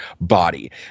body